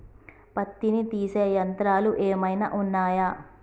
పత్తిని తీసే యంత్రాలు ఏమైనా ఉన్నయా?